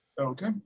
Okay